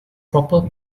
proper